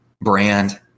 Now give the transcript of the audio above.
brand